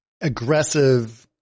Aggressive